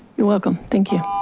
you're welcome, thank you.